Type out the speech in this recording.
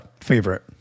favorite